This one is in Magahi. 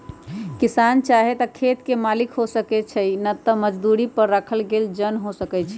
किसान चाहे त खेत के मालिक हो सकै छइ न त मजदुरी पर राखल गेल जन हो सकै छइ